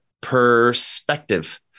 perspective